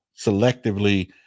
selectively